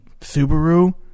Subaru